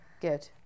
Good